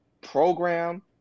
program